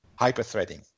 hyperthreading